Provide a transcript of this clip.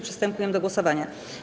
Przystępujemy do głosowania.